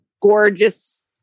gorgeous